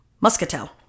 Muscatel